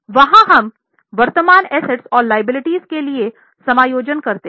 वहां हम वर्तमान एसेट्स के लिए समायोजन करते हैं